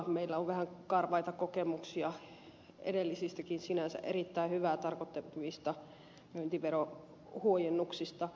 meillä on vähän karvaita kokemuksia edellisistäkin sinänsä erittäin hyvää tarkoittaneista myyntiverohuojennuksista